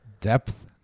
Depth